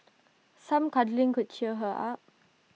some cuddling could cheer her up